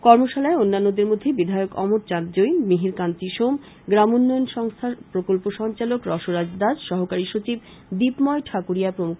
কর্মশালায় অন্যান্যদের মধ্যে বিধায়ক অমর চান্দ জৈন মিহির কান্তি সোম দীপময় গ্রাম উন্নয়ন সংস্থার প্রকল্প সঞ্চালক রসরাজ দাস সহকারী সচিব ঠাকুরীয়া প্রমূখ